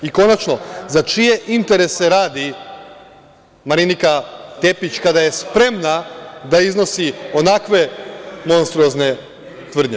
I, konačno, za čije interese radi Marinika Tepić, kada je spremna da iznosi onakve monstruozne tvrdnje?